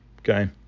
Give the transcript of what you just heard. okay